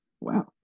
wow